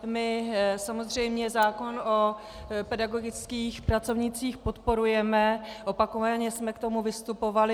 My samozřejmě zákon o pedagogických pracovnících podporujeme, opakovaně jsme k tomu vystupovali.